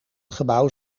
gebouw